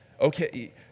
okay